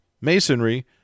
masonry